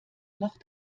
noch